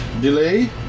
delay